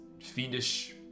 fiendish